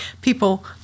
people